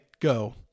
go